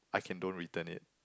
I can don't return it